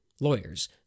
lawyers